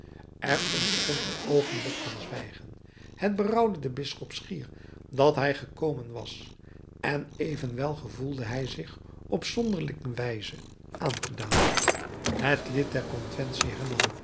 er ontstond een oogenblik zwijgens het berouwde den bisschop schier dat hij gekomen was en evenwel gevoelde hij zich op zonderlinge wijze aangedaan het lid der conventie